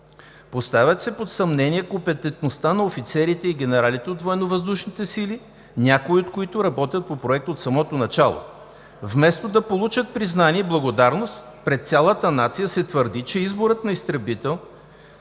Поставят се под съмнение компетентността на офицерите и генералите от Военновъздушните сили, някои от които работят по Проекта от самото начало. Вместо да получат признание и благодарност, пред цялата нация се твърди, че изборът на изтребител